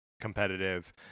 competitive